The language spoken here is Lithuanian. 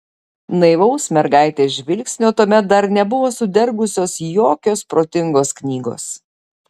naivaus mergaitės žvilgsnio tuomet dar nebuvo sudergusios jokios protingos knygos